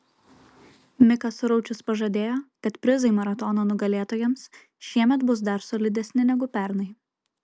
mikas suraučius pažadėjo kad prizai maratono nugalėtojams šiemet bus dar solidesni negu pernai